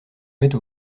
mette